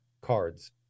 cards